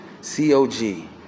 C-O-G